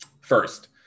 First